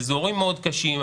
אזורים מאוד קשים.